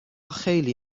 خیلی